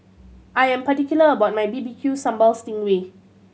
I am particular about my B B Q Sambal sting ray